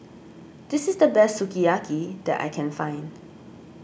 this is the best Sukiyaki that I can find